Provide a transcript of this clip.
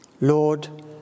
Lord